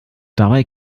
dabei